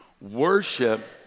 Worship